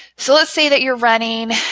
so let's say that you're running